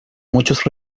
muchos